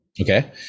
okay